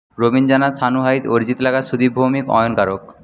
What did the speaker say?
রবীন জানা শানু হাইক অরিজিত লাঘা সুদীপ ভৌমিক অয়ন তারক